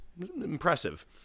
Impressive